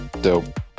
Dope